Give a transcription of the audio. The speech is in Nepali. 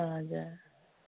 हजुर